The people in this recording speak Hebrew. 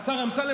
השר אמסלם,